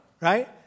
right